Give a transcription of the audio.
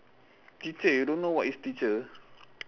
teacher you don't know what is teacher